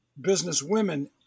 businesswomen